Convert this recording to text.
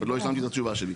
עוד לא השלמתי את התשובה שלי.